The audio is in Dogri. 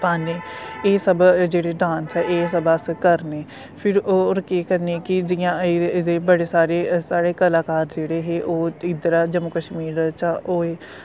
पान्ने एह् सब जेह्ड़े डांस एह् सब अस करनें फिर होर केह् करने कि जियां इह्दे बड़े सारे साढ़े कलाकार जेह्ड़े हे ओह् इध्दरा जम्मू कश्मीर चा होए